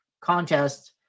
contests